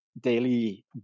daily